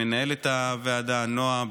למנהלת הוועדה נועה,